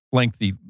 lengthy